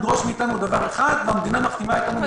ולדרוש מאיתנו דבר אחד והמדינה מחתימה אותנו על דבר אחר,